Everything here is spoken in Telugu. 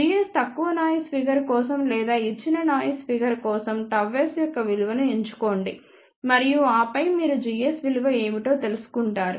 gs తక్కువ నాయిస్ ఫిగర్ కోసం లేదా ఇచ్చిన నాయిస్ ఫిగర్ కోసం ΓS యొక్క విలువను ఎంచుకోండి మరియు ఆపై మీరు gs విలువ ఏమిటో తెలుసుకుంటారు